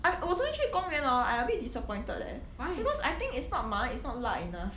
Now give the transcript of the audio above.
I 我昨天去宫源 orh I a bit disappointed leh because I think it's not 麻 is not 辣 enough